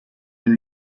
den